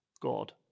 God